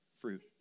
fruit